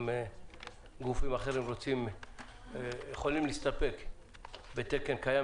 גופים אחרים יכולים להסתפק בתקן קיים.